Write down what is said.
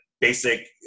basic